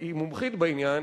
היא מומחית בעניין.